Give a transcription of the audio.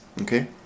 Okay